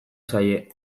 zaie